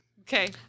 Okay